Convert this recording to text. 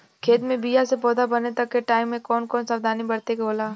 खेत मे बीया से पौधा बने तक के टाइम मे कौन कौन सावधानी बरते के होला?